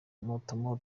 mato